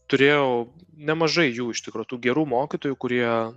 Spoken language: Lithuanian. turėjau nemažai jų iš tikro tų gerų mokytojų kurie